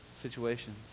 situations